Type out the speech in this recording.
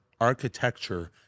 architecture